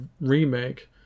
remake